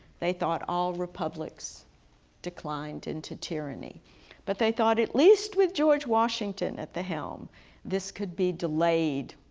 they thought all republics declined into tyranny but they thought at least with george washington at the helm this could be delayed